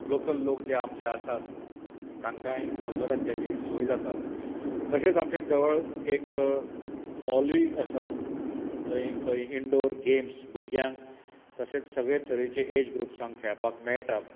local लोक जे आमचें आसात तांकांय मनोरंजानाची सोय जाता तशेंच आमचें जवळ एक मॉलूय आसा थंय खंय इंडोर गेम्स भुरग्यांक तशेंच सगळें तरेच्या एज ग्रुपसांक खेळपाक मेळटा